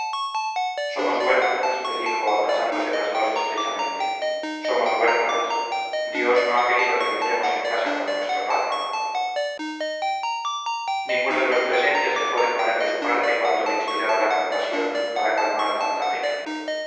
somos huérfanas le dijo abrazándose las dos estrechamente somos huérfanas dios no ha querido que entremos en casa con nuestro padre ninguno de los presentes dejó de poner de su parte cuanto le inspiraba la compasión para calmar tanta pena